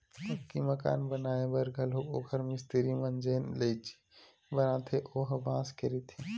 पक्की मकान बनाए बर घलोक ओखर मिस्तिरी मन जेन चइली बनाथे ओ ह बांस के रहिथे